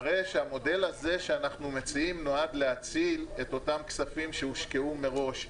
שהמודל הזה שאנחנו מציעים נועד להציל את אותם כספים שהושקעו מראש.